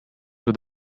with